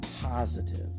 positive